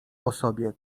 osobie